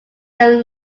then